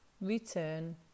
return